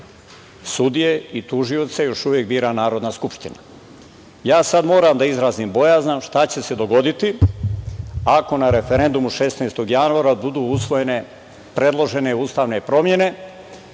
sudije i tužioce još uvek bira Narodna skupština. Ja sada moram da izrazim bojazan šta će se dogoditi ako na referendumu 16. januara budu usvojene predložene ustavne promene